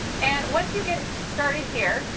and once you get started here,